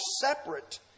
separate